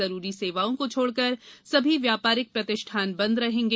जरूरी सेवाओं को छोड़कर सभी व्यापारिक प्रतिष्ठान बंद रहेंगे